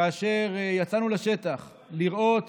כאשר יצאנו לשטח לראות